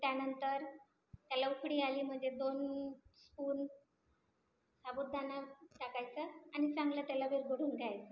त्यानंतर त्याला उकळी आली म्हणजे दोन स्पून साबुदाणा टाकायचं आणि चांगलं त्याला विरघळून घ्यायचं